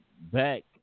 back